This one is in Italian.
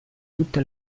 tutto